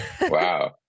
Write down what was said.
Wow